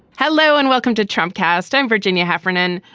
hello and welcome to trump cast, i'm virginia heffernan.